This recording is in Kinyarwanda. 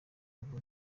ubu